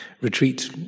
retreat